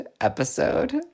episode